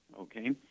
okay